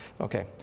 okay